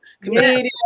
comedian